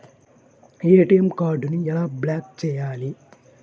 ATM కార్డుని ఎలా block చేయాలి?